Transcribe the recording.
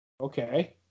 okay